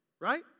right